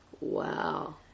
Wow